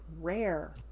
rare